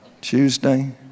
Tuesday